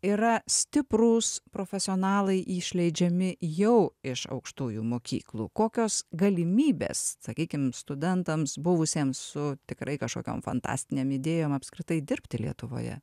yra stiprūs profesionalai išleidžiami jau iš aukštųjų mokyklų kokios galimybės sakykim studentams buvusiems su tikrai kažkokiam fantastinėm idėjom apskritai dirbti lietuvoje